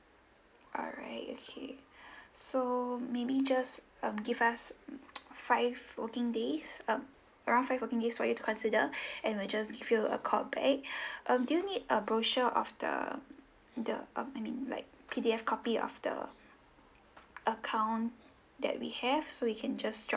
alright okay so maybe just um give us five working days um around five working days for you to consider and we'll just give you a call back um do you need a brochure of the the um I mean like P_D_F copy of the account that we have so we can just drop